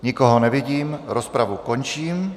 Nikoho nevidím, rozpravu končím.